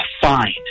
Fine